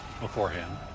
beforehand